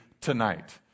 tonight